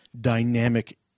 dynamic